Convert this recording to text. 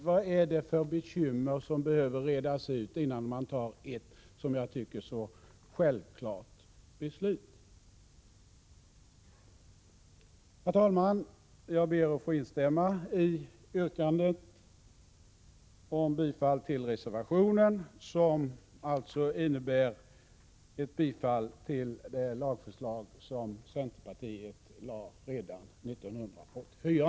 Vad är det för bekymmer som behöver redas ut, innan man tar ett så enligt min mening självklart beslut? Herr talman! Jag ber att få instämma i yrkandet om bifall till reservationen, som alltså innebär bifall till det lagförslag som centerpartiet lade fram redan 1984.